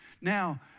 Now